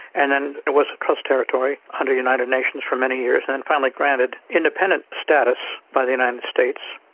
and then it was a trust territory under the united nations for many years and finally granted independent status by the united states,